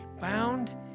bound